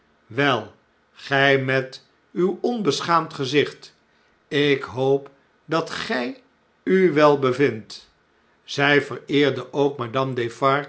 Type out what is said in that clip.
wel gg met uw onbeschaamd gezicht ik hoop dat gy u wel bevindt zg vereerdeook madame